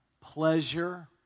pleasure